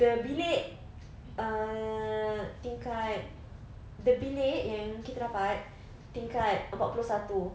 the bilik err tingkat the bilik yang kita dapat tingkat empat puluh satu